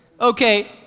Okay